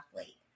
athlete